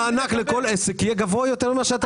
המענק לכל עסק יהיה גבוה יותר מזה שאתם נתתם.